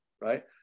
right